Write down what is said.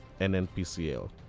NNPCL